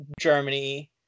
Germany